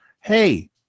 hey